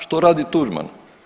Što radi Tuđman?